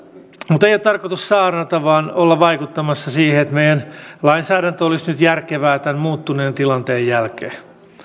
mutta ei ole tarkoitus saarnata vaan olla vaikuttamassa siihen että meidän lainsäädäntömme olisi nyt järkevää tämän muuttuneen tilanteen jälkeen